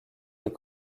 des